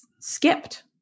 skipped